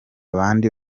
bandi